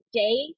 day